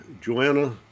Joanna